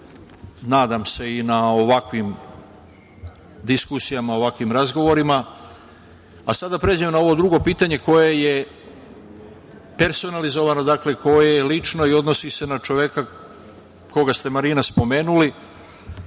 nadam se, i na ovakvim diskusijama, ovakvim razgovorima. Sad da pređem na ovo drugo pitanje koje je personalizovano, dakle koje je lično i odnosi se na čoveka koga ste, Marina, spomenuli,